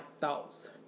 thoughts